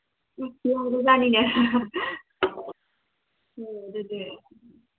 ꯎꯝ ꯑꯗꯨꯗꯤ